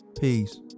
Peace